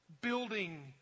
building